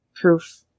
proof